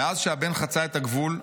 "מאז שהבן חצה את הגבול,